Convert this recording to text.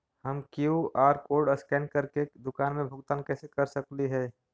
हम QR code scan करके दुकान में भुगतान कैसे कर सकली हे?